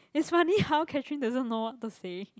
it's funny how Catherine doesn't know what to say